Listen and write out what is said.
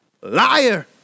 liar